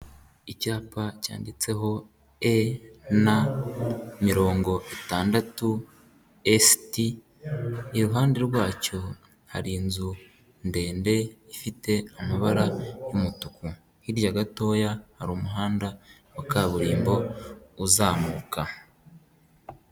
Icyapa cyanditseho e, na, mirongo itandatu esiti, iruhande rwacyo hari inzu ndende ifite amabara y'umutuku, hirya gatoya hari umuhanda wa kaburimbo uzamuka.